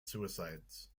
suicides